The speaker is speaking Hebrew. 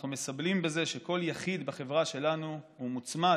אנחנו מסמלים בזה שכל יחיד בחברה שלנו מוצמד,